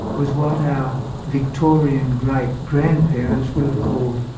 was what our victorian great-grandparents would have called,